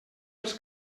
els